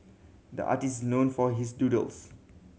the artist known for his doodles